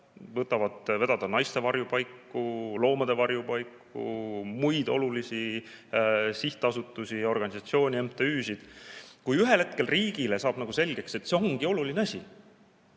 veavad eest naiste varjupaiku, loomade varjupaiku, muid olulisi sihtasutusi, organisatsioone ja MTÜ-sid. Kuni ühel hetkel riigile saab selgeks, et see ongi oluline asi.